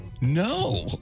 no